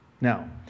Now